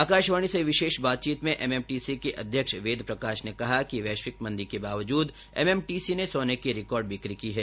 आकाशवाणी से विशेष बातचीत में एम एम टी सी के अध्यक्ष वेद प्रकाश ने कहा कि वैश्विक मंदी के बावजूद एम एम टी सी ने सोने की रिकॉर्ड बिक्री की है